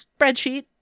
spreadsheet